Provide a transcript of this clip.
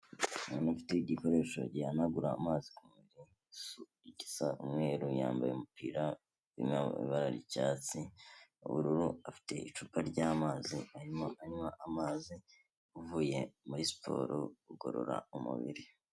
Umuntu ufite igikoresho gihanagura amazi ku mubiri gisa umweru, yambaye umupira w'ibara ry'icyatsi, ubururu, afite icupa ry'amazi arimo anywa amazi, avuye muri siporo kugorora umubiri.